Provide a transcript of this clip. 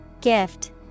Gift